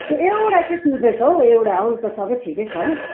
त्यो एउटा चाहिँ चुहुँदैछ हो एउटा अरू त सबै ठिकै छ